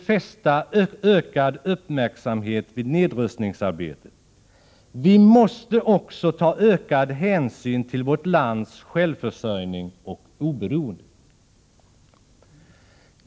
fästa ökad uppmärksamhet vid nedrustningsarbetet. Vi måste också ta ökad hänsyn till vårt lands självförsörjning och oberoende.